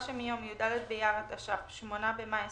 שמיום י"ד באייר התש"ף (8 במאי 2020)